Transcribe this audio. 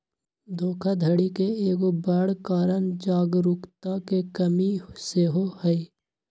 धोखाधड़ी के एगो बड़ कारण जागरूकता के कम्मि सेहो हइ